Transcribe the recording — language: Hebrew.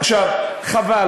חבל